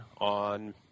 on